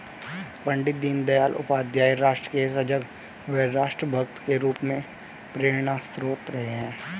पण्डित दीनदयाल उपाध्याय राष्ट्र के सजग व राष्ट्र भक्त के रूप में प्रेरणास्त्रोत रहे हैं